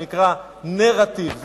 שנקרא נרטיב.